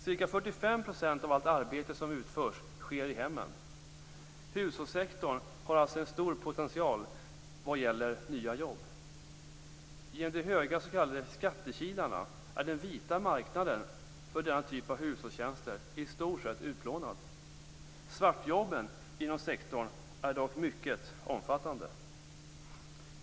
Ca 45 % av allt arbete som utförs sker i hemmen. Hushållssektorn har alltså en stor potential vad gäller nya jobb. Genom de höga s.k. skattekilarna är den vita marknaden för denna typ av hushållstjänster i stort sett utplånad. Svartjobben inom sektorn är dock mycket omfattande.